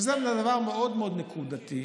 זה דבר מאוד מאוד נקודתי,